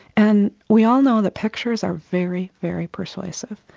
and we all know that pictures are very, very persuasive,